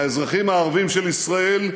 האזרחים הערבים של ישראל,